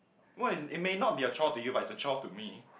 what is it may not be a chore to you but it's a chore to me